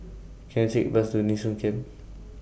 Can I Take A Bus to Nee Soon Camp